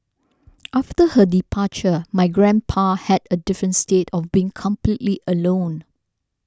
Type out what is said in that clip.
after her departure my grandpa had a different state of being completely alone